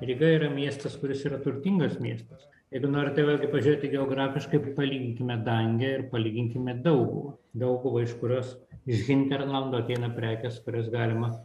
ryga yra miestas kuris yra turtingas miestas jeigu norite vėlgi pažiūrėti geografiškai palyginkime dangę ir palyginkime dauguvą dauguvą iš kurios iš hinterlando ateina prekės kurias galima